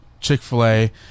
chick-fil-a